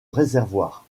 réservoirs